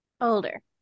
Older